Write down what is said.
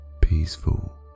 peaceful